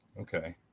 Okay